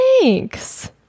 Thanks